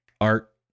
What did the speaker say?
art